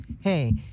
hey